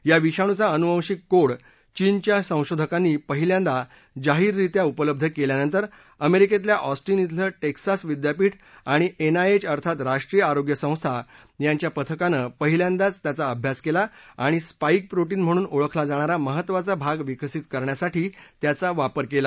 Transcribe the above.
या विषाणूचा अनुवंशिक कोड चीनच्या संशोधकांनी पहिल्यांदा जाहिररित्या उपलब्ध केल्यानंतर अमेरिकेतल्या ऑस्टिञ इथलं िसास विद्यापीठ आणि एनआयएच अर्थात राष्ट्रीय आरोग्य संस्था यांच्या पथकानं पहिल्यांदाच त्याचा अभ्यास केला आणि स्पाईक प्रोधीन म्हणून ओळखला जाणारा महत्त्वाचा भाग विकसित करण्यासाठी त्याचा वापर केला